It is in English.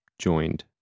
joined